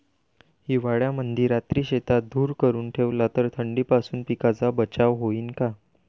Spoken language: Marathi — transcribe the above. हिवाळ्यामंदी रात्री शेतात धुर करून ठेवला तर थंडीपासून पिकाचा बचाव होईन का?